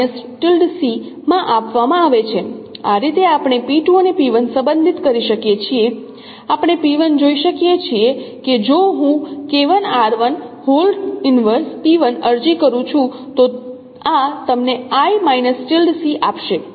આ રીતે આપણે અને સંબંધિત કરી શકીએ છીએ આપણે જોઈ શકીએ છીએ કે જો હું અરજી કરું છું તો આ તમને આપશે